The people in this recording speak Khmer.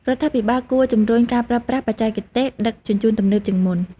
រដ្ឋាភិបាលគួរជំរុញការប្រើប្រាស់ បច្ចេកទេសដឹកជញ្ជូនទំនើបជាងមុន។